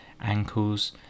ankles